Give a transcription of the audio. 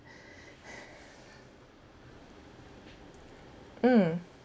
mm